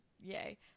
yay